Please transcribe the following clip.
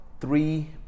three